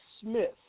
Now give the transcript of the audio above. Smith